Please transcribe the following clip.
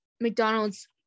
McDonald's